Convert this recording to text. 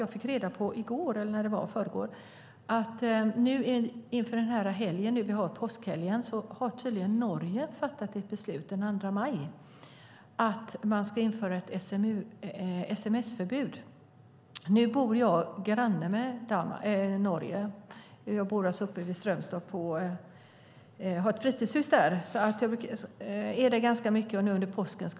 Jag fick i förrgår reda på inför den påskhelg vi nu har att Norge tydligen fattat ett beslut att den 2 maj införa ett sms-förbud i bil. Nu bor jag granne med Norge. Jag har ett fritidshus i Strömstad, och jag ska dit under påsken.